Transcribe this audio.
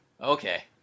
okay